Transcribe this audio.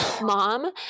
Mom